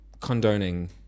condoning